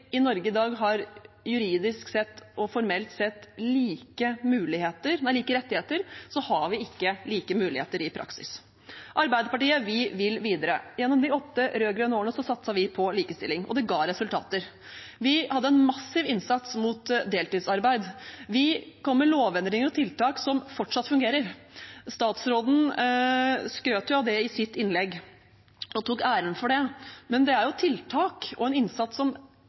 i Norge i dag juridisk og formelt sett har like rettigheter, har vi ikke like muligheter i praksis. Arbeiderpartiet vil videre. Gjennom de åtte rød-grønne årene satset vi på likestilling, og det ga resultater. Vi hadde en massiv innsats mot deltidsarbeid. Vi kom med lovendringer og tiltak som fortsatt fungerer. Statsråden skrøt av det i sitt innlegg og tok æren for det, men det er jo tiltak og en innsats som ikke er fra hennes regjering – hun satt ikke i den før i fjor – men som